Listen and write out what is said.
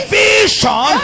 vision